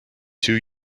two